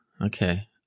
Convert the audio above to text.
Okay